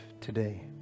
today